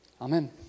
Amen